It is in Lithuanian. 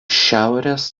šiaurės